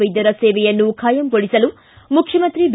ವೈದ್ಯರ ಸೇವೆಯನ್ನು ಖಾಯಂಗೊಳಿಸಲು ಮುಖ್ಯಮಂತ್ರಿ ಬಿ